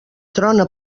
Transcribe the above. trona